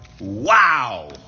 Wow